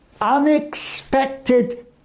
unexpected